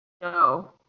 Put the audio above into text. No